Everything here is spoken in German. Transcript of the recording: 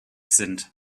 sind